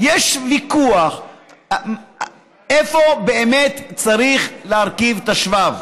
יש ויכוח איפה באמת צריך להרכיב את השבב.